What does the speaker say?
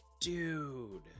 Dude